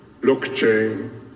blockchain